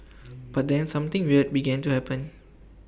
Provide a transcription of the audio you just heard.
but then something weird began to happen